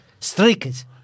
Streakers